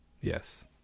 Yes